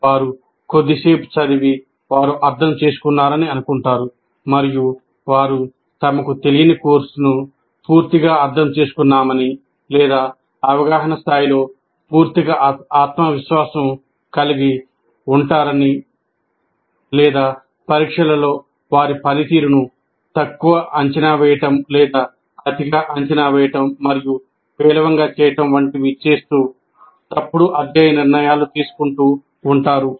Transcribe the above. వారు కొద్దిసేపు చదివి వారు అర్థం చేసుకున్నారని అనుకుంటారు మరియు వారు తమకు తెలియని కోర్సు పూర్తిగా అర్థం చేసుకున్నారని లేదా అవగాహన స్థాయిలో పూర్తిగా ఆత్మవిశ్వాసం కలిగి ఉంటారని లేదా పరీక్షలలో వారి పనితీరును తక్కువ అంచనా వేయడం లేదా అతిగా అంచనా వేయడం మరియు పేలవంగా చేయడం వంటివి చేస్తూతప్పుడు అధ్యయన నిర్ణయాలు తీసుకుంటూ ఉంటారు